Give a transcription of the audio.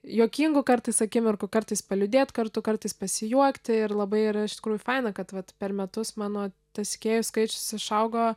juokingų kartais akimirkų kartais paliūdėt kartu kartais pasijuokti ir labai yra iš tikrųjų faina kad vat per metus mano tas sekėjų skaičius išaugo